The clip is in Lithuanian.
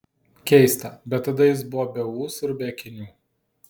keista bet tada jis buvo be ūsų ir be akinių